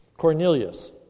Cornelius